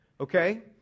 okay